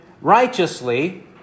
righteously